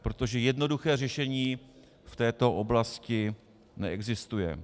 Protože jednoduché řešení v této oblasti neexistuje.